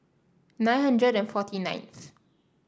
nine hundred and forty ninth